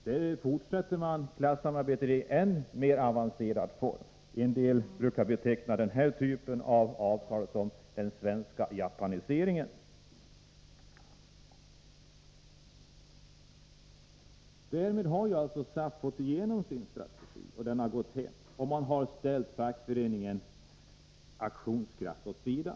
Där fortsätter man klassamarbetet i än mer avancerad form. En del brukar beteckna den här typen av avtal som ”den svenska japaniseringen”. Därmed har alltså SAF fått igenom sin strategi. Den har gått hem, cch man har ställt fackföreningens aktionskraft åt sidan.